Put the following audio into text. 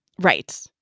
Right